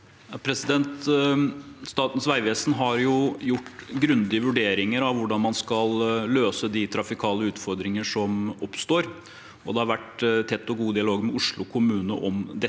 Statens vegve- sen har gjort grundige vurderinger av hvordan man skal løse de trafikale utfordringer som oppstår, og det har vært tett og god dialog med Oslo kommune om dette.